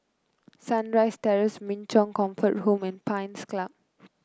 Sunrise Terrace Min Chong Comfort Home and Pines Club